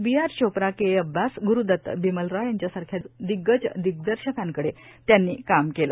B R Chopra K A Abbas Guru Dutt Bimal Roy यांच्यासारख्या दिग्गज दिग्दर्शकांकडे त्यांनी काम केलं